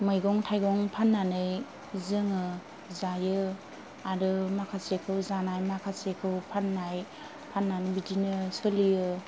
मैगं थायगं फाननानै जोङो जायो आरो माखासेखौ जानाय माखासेखौ फाननाय फाननानै बिदिनो सोलियो